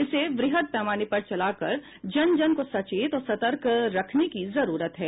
इसे व्रहत पैमाने पर चलाकर जन जन को सचेत और सतर्क रखने की जरूरत है